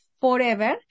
forever